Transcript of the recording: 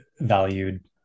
valued